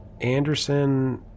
Anderson